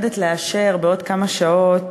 עומדת לאשר בעוד כמה שעות